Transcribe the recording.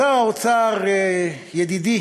שר האוצר, ידידי